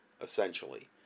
essentially